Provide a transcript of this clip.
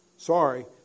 Sorry